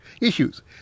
issues